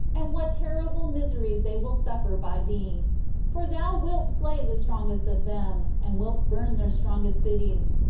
and what terrible miseries they will suffer by thee for thou wilt slay the strongest of them, and wilt burn their strongest cities,